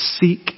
seek